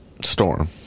Storm